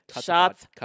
Shots